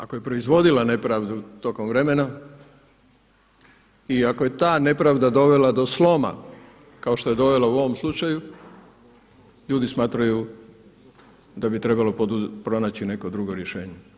Ako je proizvodila nepravdu tokom vremena i ako je ta nepravda dovela do sloma kao što je dovela u ovom slučaju ljudi smatraju da bi trebalo pronaći neko drugo rješenje.